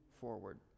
forward